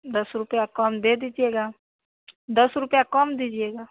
दस रुपया कम दे दीजिएगा दस रुपया कम दीजिएगा